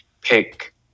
pick